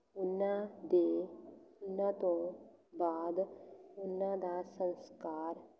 ਉਹਨਾਂ ਦੇ ਉਹਨਾਂ ਤੋਂ ਬਾਅਦ ਉਹਨਾਂ ਦਾ ਸੰਸਕਾਰ